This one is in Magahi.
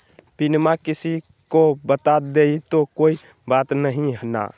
पिनमा किसी को बता देई तो कोइ बात नहि ना?